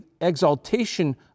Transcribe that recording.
exaltation